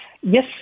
Yes